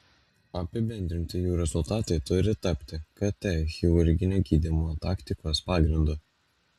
apibendrinti jų rezultatai turi tapti kt chirurginio gydymo taktikos pagrindu